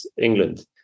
England